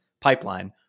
pipeline